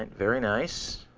and very nice.